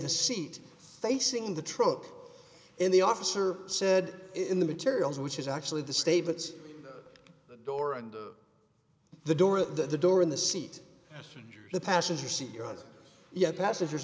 seat facing the truck and the officer said in the materials which is actually the statements the door and the door that the door in the seat the passenger seat you're on yet passenger